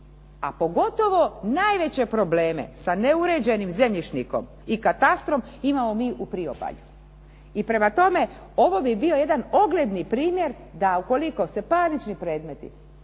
A pogotovo najveće probleme sa neuređenim zemljišnikom i katastrom imamo mi u priobalju. I prema tome, ovo bi bio jedan ogledni primjer, da ukoliko se parnični predmeti,